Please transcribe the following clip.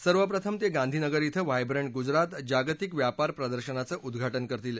सर्वप्रथम ते गांधीनगर श्वं व्हायब्रंट गुजरात जागतिक व्यापार प्रदर्शनाचं उद्घाटन करतील